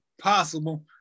possible